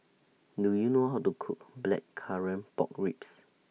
Do YOU know How to Cook Blackcurrant Pork Ribs